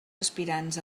aspirants